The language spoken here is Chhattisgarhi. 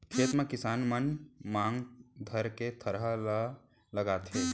खेत म किसान मन मांग धरके थरहा ल लगाथें